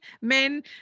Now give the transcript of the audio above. men